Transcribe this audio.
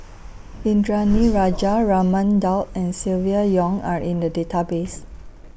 Indranee Rajah Raman Daud and Silvia Yong Are in The Database